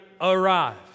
arrive